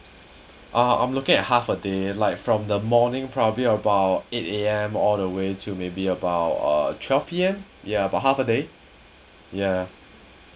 ah I'm looking at half a day like from the morning probably about eight A_M all the way to may be about uh twelve P_M yeah about half a day yeah